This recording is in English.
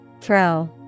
Throw